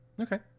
Okay